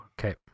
Okay